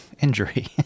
injury